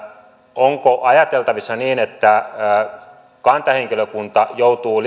onko ajateltavissa niin että kantahenkilökunta joutuu